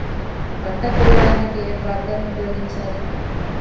పంట కోయడానికి ఏ ట్రాక్టర్ ని ఉపయోగించాలి?